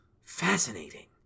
Fascinating